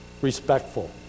respectful